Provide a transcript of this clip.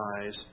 eyes